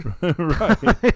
Right